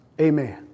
Amen